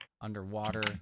underwater